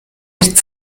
mit